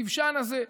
הכבשן הזה.